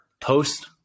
post